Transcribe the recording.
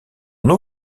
nom